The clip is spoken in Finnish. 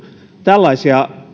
tällaisia